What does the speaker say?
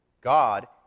God